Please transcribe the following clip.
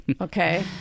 Okay